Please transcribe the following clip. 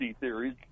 theories